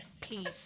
Peace